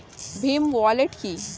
Bhim wallet কি?